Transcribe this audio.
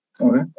Okay